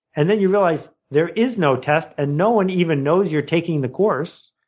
and then you realize there is no test and no on even knows you're taking the course,